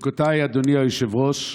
ברכותיי, אדוני היושב-ראש,